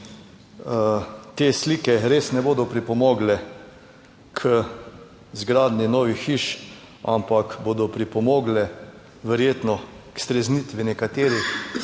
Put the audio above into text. Te slike res ne bodo pripomogle k izgradnji novih hiš, ampak bodo pripomogle verjetno k streznitvi nekaterih,